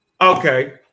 Okay